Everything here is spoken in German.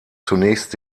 zunächst